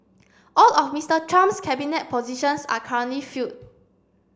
all of Mister Trump's cabinet positions are currently filled